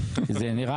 הזה.